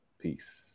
Peace